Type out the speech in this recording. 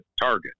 target